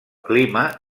clima